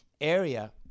area